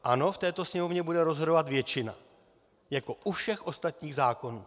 Ano, v této sněmovně bude rozhodovat většina, jako u všech ostatních zákonů.